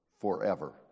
forever